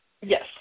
Yes